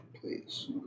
please